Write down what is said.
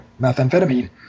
methamphetamine